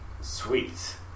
Sweet